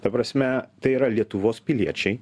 ta prasme tai yra lietuvos piliečiai